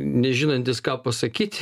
nežinantys ką pasakyt